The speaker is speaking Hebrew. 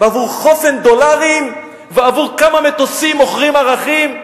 בעבור חופן דולרים ועבור כמה מטוסים מוכרים ערכים?